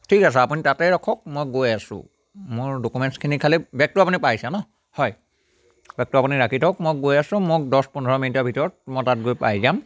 ঠিক আছে আপুনি তাতে ৰখক মই গৈ আছোঁ মোৰ ডকুমেন্টছখিনি খালী বেগটো আপুনি পাইছে ন হয় বেগটো আপুনি ৰাখি থওক মই গৈ আছোঁ মোক দহ পোন্ধৰ মিনিটৰ ভিতৰত মই তাত গৈ পাই যাম